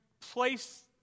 place